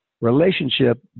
relationship